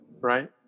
Right